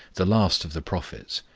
the last of the prophets,